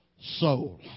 soul